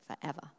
forever